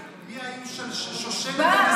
מי היו שושלת הנשיאים לפניו,